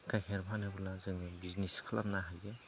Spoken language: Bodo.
गाइखेर फानोब्ला जोङो बिजनेस खालामनो हायो